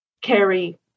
carry